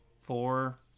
four